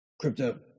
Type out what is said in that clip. crypto